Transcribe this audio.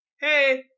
hey